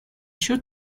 two